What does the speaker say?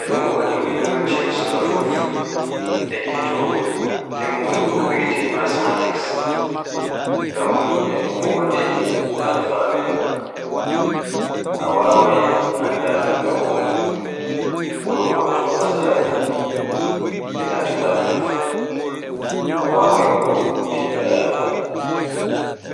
E ɗun wodi muhimmanci sukaa fuf ekkito limgol ko wiyeete mathematics, ngam e ɗun wodi alfanu a waawai anda non no un worworoto matsala ji nde natuɗa fuf, a waawai bo ɓeyda,